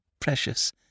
precious